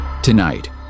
Tonight